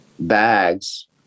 bags